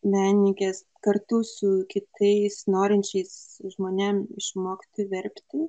menininkės kartu su kitais norinčiais žmonėm išmokti verpti